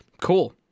Cool